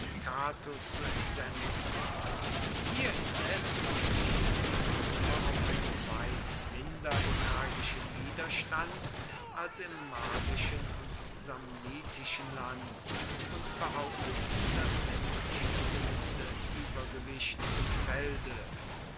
cato zu entsenden hier indes stießen die römer auf einen weit minder energischen widerstand als im marsischen und samnitischen land und behaupteten das entschiedenste übergewicht im felde